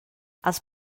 els